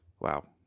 Wow